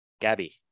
gabby